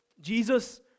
Jesus